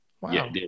wow